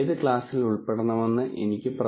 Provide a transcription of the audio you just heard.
ഓരോ ഇടപാടിന്റെയും സവിശേഷതയാണ് ഇവയെന്ന് നമുക്ക് പറയാം